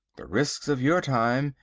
the risks of your time,